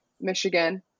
Michigan